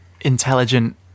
intelligent